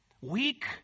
Weak